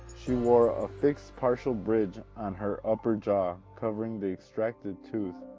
she wore a fixed partial bridge on her upper jaw covering the extracted tooth,